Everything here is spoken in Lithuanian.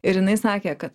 ir jinai sakė ka